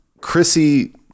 Chrissy